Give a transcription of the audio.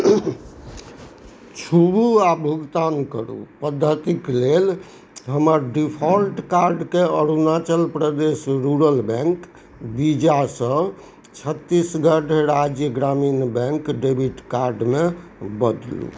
छूबु आ भुगतान करू पद्धतिक लेल हमर डिफाल्ट कार्डकेँ Arunachal Pradesh rural bank visa सॅ Chhattisgarh Rajya Gramin bank debit card मे बदलु